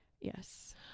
Yes